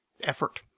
effort